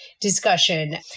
discussion